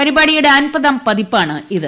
പരിപാടിയുടെ അൻപതാം പതിപ്പാണിത്